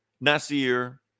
Nasir